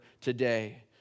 today